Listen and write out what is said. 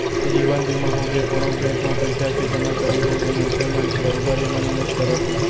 जीवन बीमा होगे, कोनो बेंक म पइसा के जमा करई होगे मनसे मन बरोबर एमा निवेस करत हे